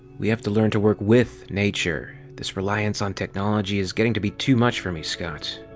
we have to learn to work with nature, this reliance on technology is getting to be too much for me, scott.